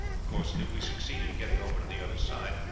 of course, if we succeed in getting over to the other side,